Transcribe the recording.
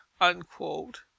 unquote